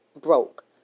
broke